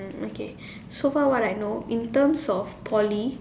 mm okay so far what I know in terms of Poly